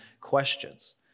questions